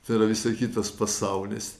tai yra visai kitas pasaulis